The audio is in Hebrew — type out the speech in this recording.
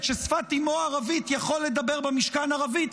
ששפת אימו ערבית יכול לדבר במשכן בערבית,